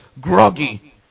groggy